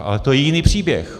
Ale to je jiný příběh.